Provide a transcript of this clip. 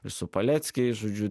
ir su paleckiais žodžiu